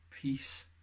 peace